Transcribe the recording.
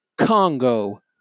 Congo